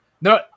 No